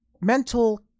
mental